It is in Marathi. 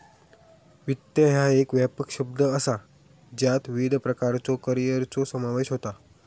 वित्त ह्या एक व्यापक शब्द असा ज्यात विविध प्रकारच्यो करिअरचो समावेश होता